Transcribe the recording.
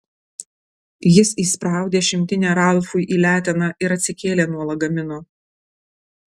jis įspraudė šimtinę ralfui į leteną ir atsikėlė nuo lagamino